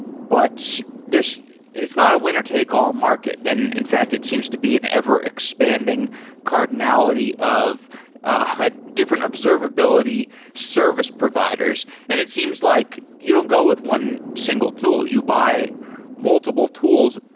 but there's it's not a winner-take-all market. and in fact, it seems to be an ever-expanding cardinality of ah different observability service providers. and it seems like you don't go with one single tool. you buy multiple tools.